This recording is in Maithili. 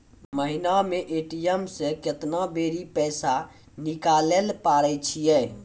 महिना मे ए.टी.एम से केतना बेरी पैसा निकालैल पारै छिये